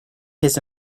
his